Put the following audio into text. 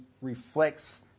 reflects